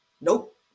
Nope